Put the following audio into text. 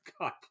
god